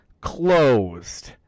closed